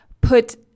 put